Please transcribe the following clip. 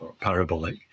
parabolic